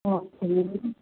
ഓ എന്നത്തേ